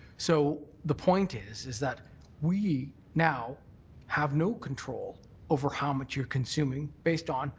so the point is is that we now have no control over how much you're consuming, based on,